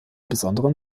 besonderen